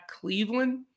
Cleveland